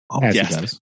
yes